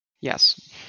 Yes